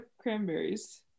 cranberries